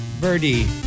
Birdie